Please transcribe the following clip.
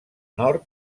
nord